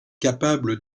capable